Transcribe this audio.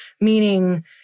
meaning